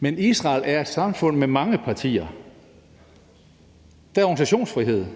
Men Israel er et samfund med mange partier. Der er organisationsfrihed,